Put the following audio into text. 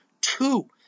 two